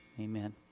amen